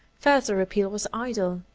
further appeal was idle,